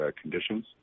conditions